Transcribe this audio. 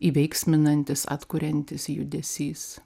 įveiksminantis atkuriantis judesys